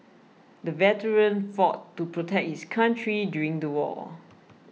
the veteran fought to protect his country during the war